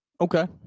Okay